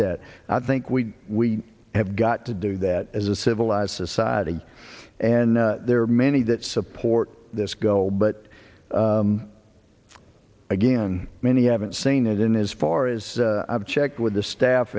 that i think we we have got to do that as a civilized society and there are many that support this goal but again many haven't seen it in as far as i've checked with the staff